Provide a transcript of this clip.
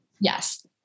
yes